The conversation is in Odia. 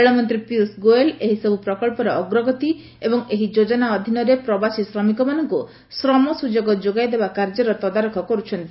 ରେଳମନ୍ତ୍ରୀ ପିୟୁଷ ଗୋୟଲ ଏହିସବୁ ପ୍ରକଳ୍ପର ଅଗ୍ରଗତି ଏବଂ ଏହି ଯୋଜନା ଅଧୀନରେ ପ୍ରବାସୀ ଶ୍ରମିକମାନଙ୍କୁ ଶ୍ରମ ସୁଯୋଗ ଯୋଗାଇଦେବା କାର୍ଯ୍ୟର ତଦାରଖ କରୁଛନ୍ତି